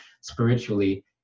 Spiritually